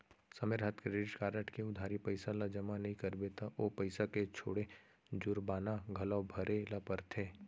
समे रहत credit card के उधारी पइसा ल जमा नइ करबे त ओ पइसा के छोड़े जुरबाना घलौ भरे ल परथे